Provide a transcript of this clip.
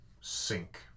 sink